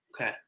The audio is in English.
Okay